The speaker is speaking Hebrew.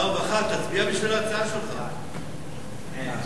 ההצעה להעביר את הנושא